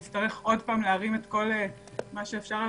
נצטרך עוד פעם להרים את כל מה שאפשר על